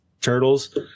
Turtles